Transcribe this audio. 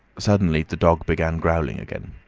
suddenly the dog began growling again.